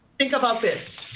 think about this.